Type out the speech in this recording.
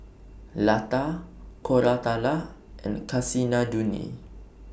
Lata Koratala and Kasinadhuni